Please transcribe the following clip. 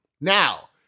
Now